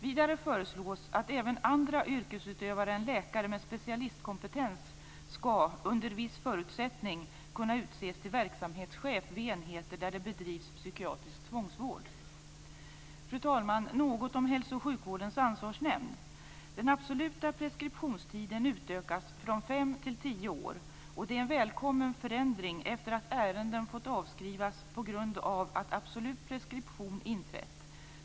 Vidare föreslås att även andra yrkesutövare än läkare med specialistkompetens skall, under viss förutsättning, kunna utses till verksamhetschef vid enheter där det bedrivs psykiatrisk tvångsvård. Fru talman! Jag skall säga något om Hälso och sjukvårdens ansvarsnämnd. Den absoluta preskriptionstiden utökas från fem till tio år. Det är en välkommen förändring, efter att ärenden fått avskrivas på grund av att absolut preskription inträtt.